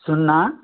సున్నా